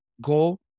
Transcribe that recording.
Go